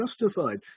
justified